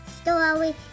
Story